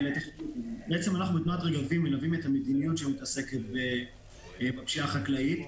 אנחנו בתנועת רגבים מלווים את המדיניות שמתעסקת בפשיעה החקלאית.